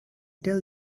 tell